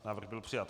Návrh byl přijat.